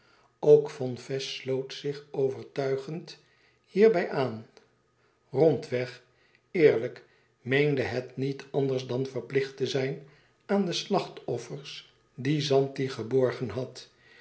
ook von fest sloot zich overtuigend hierbij aan rondweg eerlijk meende het niets anders dan verplicht te zijn aan de slachtoffers die zanti geborgen had